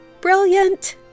Brilliant